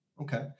Okay